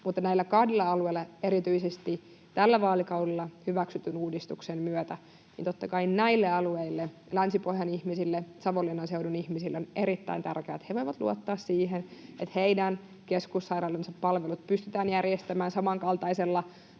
Näille kahdelle alueelle erityisesti tällä vaalikaudella hyväksytyn uudistuksen myötä totta kai, Länsi-Pohjan ihmisille ja Savonlinnan seudun ihmisille, on erittäin tärkeää, että he voivat luottaa siihen, että heidän keskussairaalansa palvelut pystytään järjestämään samankaltaisella tasolla